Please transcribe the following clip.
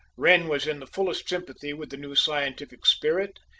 wren was in the fullest sympathy with the new scientific spirit,